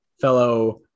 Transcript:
fellow